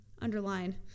underline